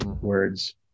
words